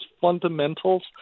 fundamentals